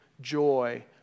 joy